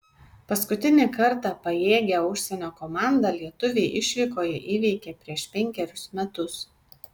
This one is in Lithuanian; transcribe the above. paskutinį kartą pajėgią užsienio komandą lietuviai išvykoje įveikė prieš penkerius metus